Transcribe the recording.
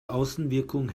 außenwirkung